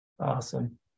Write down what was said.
Awesome